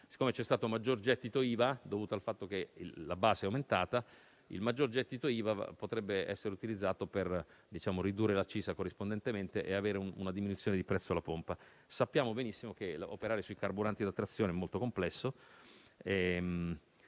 Poiché c'è stato un maggior gettito IVA, dovuto al fatto che la base è aumentata, tale maggior gettito potrebbe essere utilizzato per ridurre l'accisa corrispondentemente e avere una diminuzione di prezzo alla pompa. Sappiamo benissimo che operare sui carburanti da trazione è molto complesso.